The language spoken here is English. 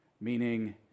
meaning